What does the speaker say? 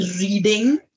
reading